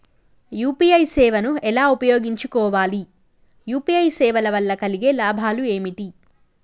UPI సేవను ఎలా ఉపయోగించు కోవాలి? యూ.పీ.ఐ సేవల వల్ల కలిగే లాభాలు ఏమిటి?